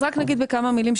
אז רק נגיד בכמה מילים.